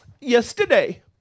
yesterday